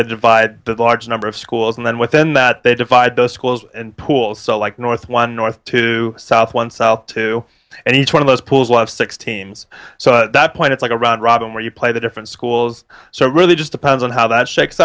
they divide the large number of schools and then within that they divide those schools and pool so like north one north to south one south to and each one of those pools a lot of sixteen's so that point it's like a round robin where you play the different schools so it really just depends on how that shakes